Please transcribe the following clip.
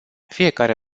fiecare